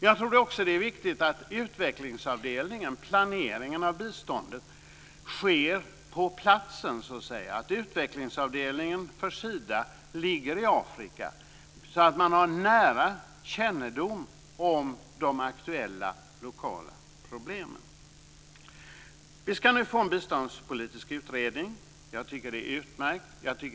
Jag tror också att det är viktigt att planeringen av biståndet sker på platsen, att utvecklingsavdelningen för Sida ligger i Afrika, så att man har nära kännedom om de aktuella lokala problemen. Vi ska nu få en biståndspolitisk utredning, och jag tycker att det är utmärkt.